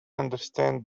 understand